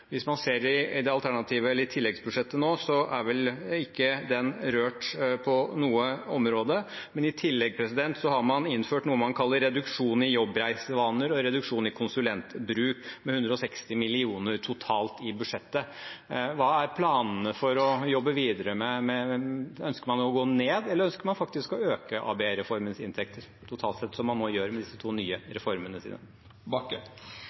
Hvis man ser i tilleggsbudsjettet nå, er vel ikke den rørt på noe område. I tillegg har man innført noe man kaller «budsjettgevinster fra endrede jobbreisevaner» og «redusert bevilgning knyttet til konsulentbruk», med 160 mill. kr totalt i budsjettet. Hva er planene for å jobbe videre med dette? Ønsker man å gå ned, eller ønsker man faktisk å øke ABE-reformens inntekter totalt sett, som man nå gjør med disse to nye reformene sine?